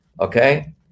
okay